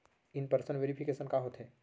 In person verification का होथे?